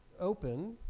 open